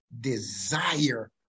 desire